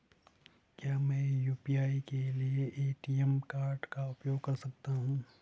क्या मैं यू.पी.आई के लिए ए.टी.एम कार्ड का उपयोग कर सकता हूँ?